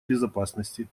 безопасности